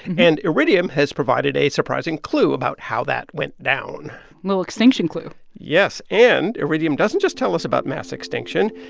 and iridium has provided a surprising clue about how that went down a little extinction clue yes. and iridium doesn't just tell us about mass extinction.